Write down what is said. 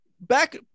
Back